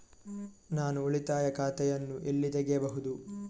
ನಾನು ಉಳಿತಾಯ ಖಾತೆಯನ್ನು ಎಲ್ಲಿ ತೆಗೆಯಬಹುದು?